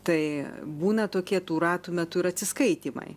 tai būna tokie tų ratų metu ir atsiskaitymai